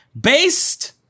based